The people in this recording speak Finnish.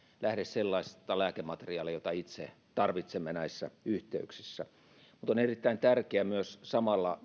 lähde sellaista lääkemateriaalia jota itse tarvitsemme näissä yhteyksissä nyt on erittäin tärkeää myös samalla